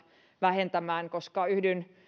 vähentämään koska yhdyn